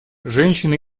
женщины